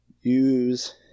use